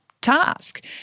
task